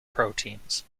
proteins